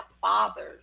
fathers